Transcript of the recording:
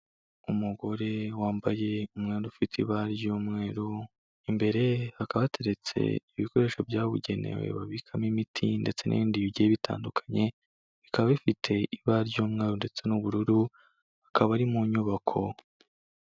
Umugore wambaye umwenda ufite ibara ry'umweru, imbere hakaba hateretse ibikoresho byabugenewe babikamo imiti ndetse n'ibindi bigiye bitandukanye, bikaba bifite ibara ry'umweru ndetse n'ubururu akaba ari mu nyubako.